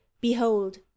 behold